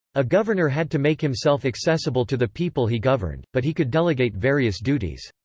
a governor had to make himself accessible to the people he governed, but he could delegate various duties.